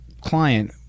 client